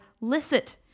licit